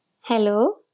Hello